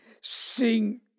sing